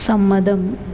സമ്മതം